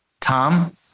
Tom